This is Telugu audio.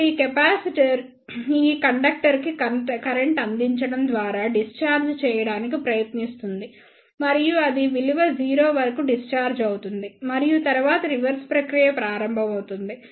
అప్పుడు ఈ కెపాసిటర్ ఈ ఇండక్టర్ కి కరెంట్ అందించడం ద్వారా డిశ్చార్జ్ చేయడానికి ప్రయత్నిస్తుంది మరియు అది విలువ 0 వరకు డిశ్చార్జ్ అవుతుంది మరియు తరువాత రివర్స్ ప్రక్రియ ప్రారంభమవుతుంది